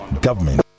government